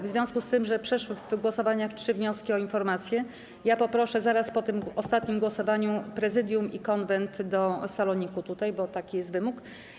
W związku z tym, że przeszły w głosowaniach trzy wnioski o informacje, poproszę zaraz po ostatnim głosowaniu Prezydium i Konwent do saloniku, bo taki jest wymóg.